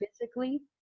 physically